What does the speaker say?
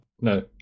No